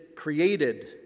created